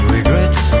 Regrets